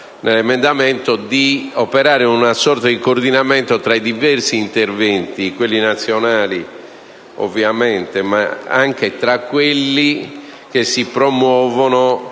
nell’emendamento, di operare una sorta di coordinamento tra i diversi interventi, quelli nazionali, ovviamente, ma anche quelli che si promuovono